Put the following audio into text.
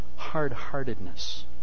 hard-heartedness